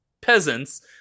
peasants